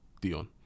Dion